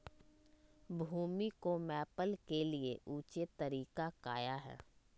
भूमि को मैपल के लिए ऊंचे तरीका काया है?